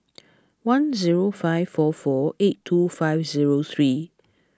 one zero five four four eight two five zero three